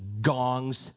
gongs